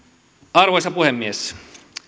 arvoisa puhemies